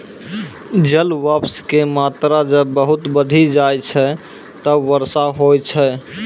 जलवाष्प के मात्रा जब बहुत बढ़ी जाय छै तब वर्षा होय छै